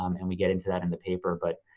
um and we get into that in the paper, but,